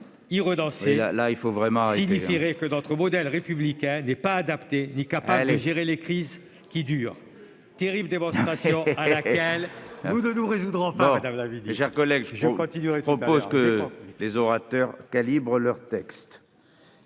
Y renoncer signifierait que notre modèle républicain n'est pas adapté ni capable de gérer les crises qui durent. Terrible démonstration à laquelle nous ne nous résoudrons pas, madame la ministre. Mes chers collègues,